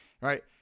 Right